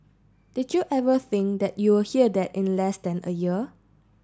did you ever think that you would hear that in less than a year